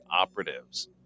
operatives